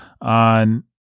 on